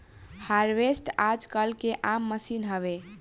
harvester आजकल के आम मसीन हवे